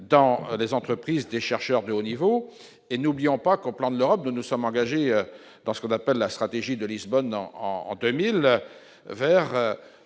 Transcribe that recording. dans des entreprises, des chercheurs de haut niveau et n'oublions pas comprendre l'Europe de nous sommes engagés dans ce qu'on appelle la stratégie de Lisbonne en en 2000 vers